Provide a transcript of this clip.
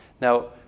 now